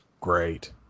great